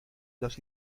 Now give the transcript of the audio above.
los